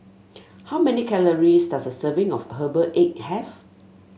how many calories does a serving of Herbal Egg have